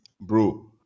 bro